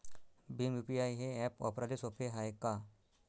Bhim UPI हे app वापराले सोपे हाय का?